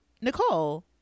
Nicole